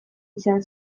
izan